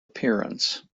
appearance